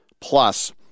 Plus